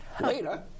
Later